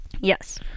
Yes